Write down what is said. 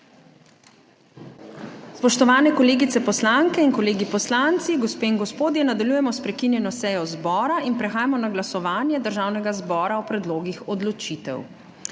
Spoštovani kolegice poslanke in kolegi poslanci, gospe in gospodje! Nadaljujemo s prekinjeno sejo zbora. Prehajamo na glasovanje Državnega zbora o predlogih odločitev.